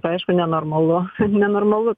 tai aišku nenormalu nenormalu